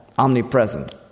omnipresent